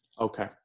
Okay